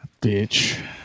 bitch